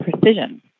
precision